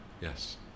yes